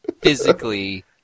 physically